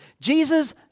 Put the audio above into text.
Jesus